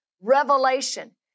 revelation